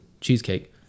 cheesecake